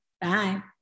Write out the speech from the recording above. Bye